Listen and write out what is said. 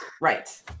Right